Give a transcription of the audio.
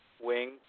Wing